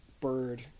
bird